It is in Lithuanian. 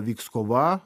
vyks kova